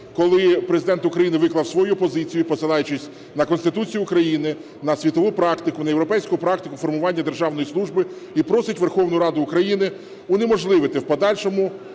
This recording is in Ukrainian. коли Президент України виклав свою позицію, посилаючись на Конституцію України, на світову практику, на європейську практику формування державної служби, і просить Верховну Раду України унеможливити в подальшому